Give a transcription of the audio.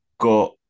got